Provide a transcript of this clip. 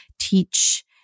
teach